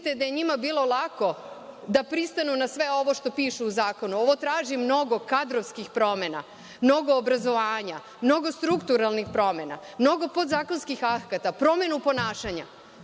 da je njima bilo lako da pristanu na sve ovo što piše u zakonu? Ovo traži mnogo kadrovskih promena, mnogo obrazovanja, mnogo strukturalnih promena, mnogo podzakonskih akata, promenu ponašanja.